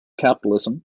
capitalism